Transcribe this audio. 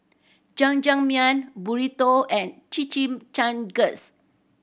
Jajangmyeon Burrito and Chimichangas